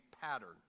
pattern